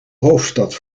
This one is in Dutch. hoofdstad